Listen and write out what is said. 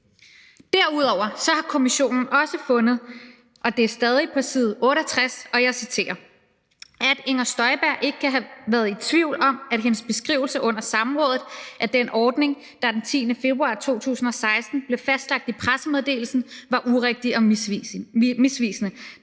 Derudover har kommissionen også fundet, og det er stadig på side 68, og jeg citerer, »at Inger Støjberg ikke kan have været i tvivl om, at hendes beskrivelse under samrådet af den ordning, der den 10. februar 2016 blev fastlagt i pressemeddelelsen, var urigtig og misvisende.